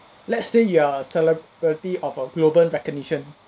let's say you are celebrity of a global recognition